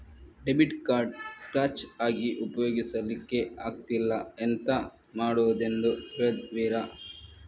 Debit card scratch ಆಗಿ ಉಪಯೋಗಿಸಲ್ಲಿಕ್ಕೆ ಆಗ್ತಿಲ್ಲ, ಎಂತ ಮಾಡುದೆಂದು ಹೇಳುವಿರಾ?